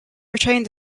retained